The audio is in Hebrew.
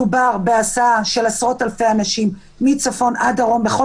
מדובר בהסעה של עשרות אלפי אנשים מצפון עד דרום בכל